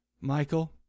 Michael